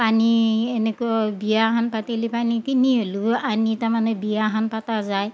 পানী এনেকৈ বিয়াখন পাতিলি পানী কিনি হলিও আনি তাৰমানে বিয়াখান পাতা যায়